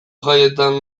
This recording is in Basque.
jaietan